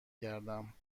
گردم